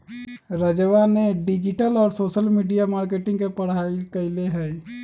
राजवा ने डिजिटल और सोशल मीडिया मार्केटिंग के पढ़ाई कईले है